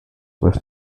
was